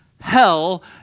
hell